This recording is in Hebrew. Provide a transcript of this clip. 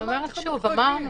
שוב,